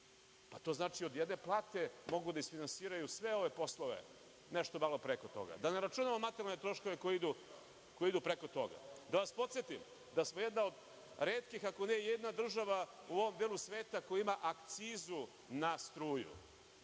To znači da od jedne plate mogu da isfinansiraju sve ove poslove, nešto malo preko toga. Da ne računamo materijalne troškove koji idu preko toga. Da vas podsetim da smo jedna od retkih, ako ne i jedina država u ovom delu sveta koja ima akcizu na struju.